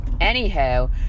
anyhow